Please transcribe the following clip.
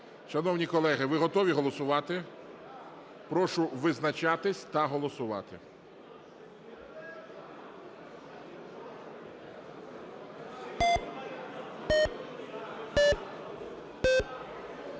Шановні колеги, ви готові голосувати? Прошу визначатися та голосувати.